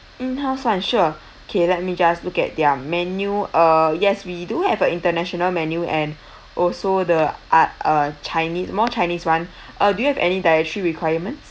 in house one sure okay let me just look at their menu uh yes we do have a international menu and also the ar~ uh chinese more chinese one uh do you have any dietary requirements